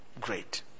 great